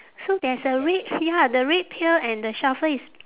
so there's a red ya the red pail and the shovel is